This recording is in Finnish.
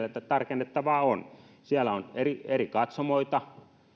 että tarkennettavaa on siellä on eri eri katsomoita